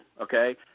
okay –